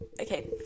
Okay